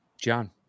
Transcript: John